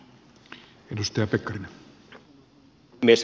aivan lyhyesti vain